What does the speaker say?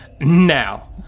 Now